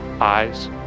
Eyes